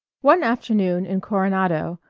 one afternoon in coronado,